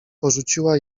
porzuciła